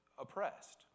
oppressed